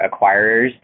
acquirers